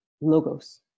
logos